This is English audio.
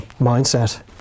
mindset